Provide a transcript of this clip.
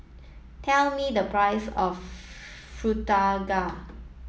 tell me the price of